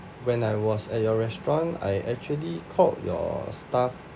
when I was at your restaurant I actually called your staff